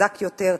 חזק יותר,